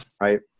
right